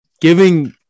giving